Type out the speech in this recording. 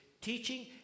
teaching